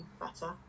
better